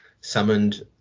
summoned